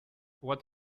what